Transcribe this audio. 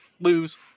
lose